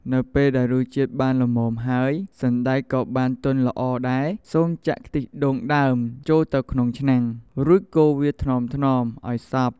នៅពេលដែលរសជាតិបានល្មមហើយ សណ្ដែកក៏បានទន់ល្អដែរ សូមចាក់ ខ្ទិះដូងដើមចូលទៅក្នុងឆ្នាំង រួចកូរវាថ្នមៗឱ្យសព្វ។